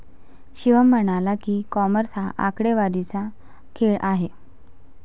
शिवम म्हणाला की, कॉमर्स हा आकडेवारीचा खेळ आहे